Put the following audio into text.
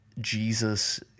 Jesus